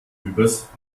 übers